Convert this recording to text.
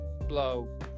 blow